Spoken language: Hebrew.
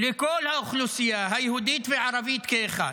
לכל האוכלוסייה, היהודית והערבית כאחד.